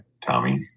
Tommy